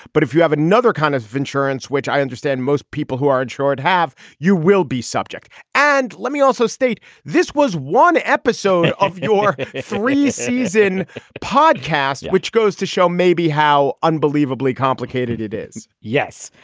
but if you have another kind of insurance, which i understand most people who are insured have, you will be subject. and let me also state this was one episode of your three season podcast, which goes to show maybe how unbelievably complicated it is. yes.